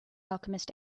alchemist